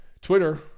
Twitter